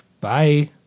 Bye